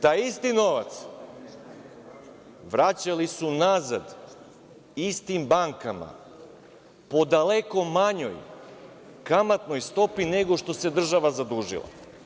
Taj isti novac vraćali su nazad istim bankama, po daleko manjoj kamatnoj stopi nego što se država zadužila.